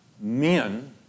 men